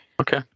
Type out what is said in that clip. Okay